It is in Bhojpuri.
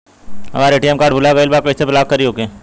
हमार ए.टी.एम कार्ड भूला गईल बा कईसे ब्लॉक करी ओके?